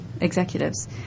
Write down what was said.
executives